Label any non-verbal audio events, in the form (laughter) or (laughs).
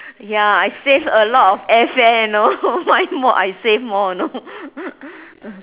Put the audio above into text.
ya I save a lot of airfare you know (laughs) more I save more you know (laughs)